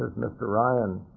mr. ryan,